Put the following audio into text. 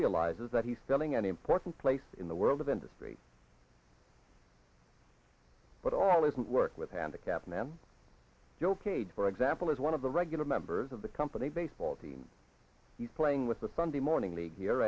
realizes that he's feeling an important place in the world of industry but all isn't work with handicap man he okayed for example as one of the regular members of the company baseball team he's playing with the sunday morning league here